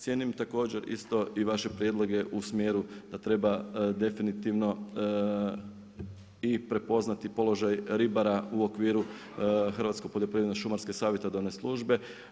Cijenim također isto i vaše prijedlogu u smjeru da treba definitivno i prepoznati položaj ribara u okviru Hrvatsko poljoprivredno-šumarskoj savjetodavne službe.